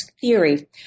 theory